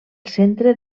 centre